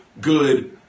good